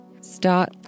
Start